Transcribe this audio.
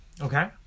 Okay